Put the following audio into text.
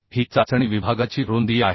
ही चाचणी विभागाची रुंदी आहे